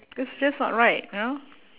it's just not right you know